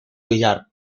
billar